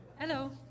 Hello